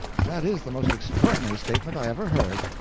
that is the most extraordinary statement i ever heard!